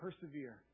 persevere